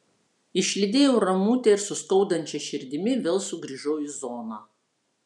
išlydėjau ramutę ir su skaudančia širdimi vėl sugrįžau į zoną